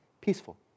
peaceful